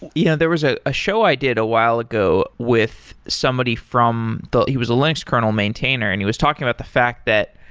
yeah there was ah a show i did a while ago with somebody from he was a linux kernel maintainer and he was talking about the fact that,